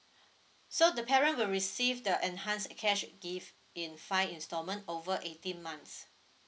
so the parent will receive the enhanced cash gift in five instalment over eighteen months